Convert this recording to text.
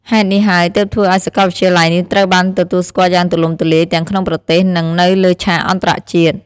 ហេតុនេះហើយទើបធ្វើឲ្យសាកលវិទ្យាល័យនេះត្រូវបានទទួលស្គាល់យ៉ាងទូលំទូលាយទាំងក្នុងប្រទេស និងនៅលើឆាកអន្តរជាតិ។